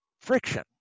friction